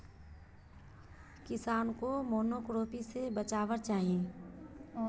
किसानोक मोनोक्रॉपिंग से बचवार चाही